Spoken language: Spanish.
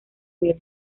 velo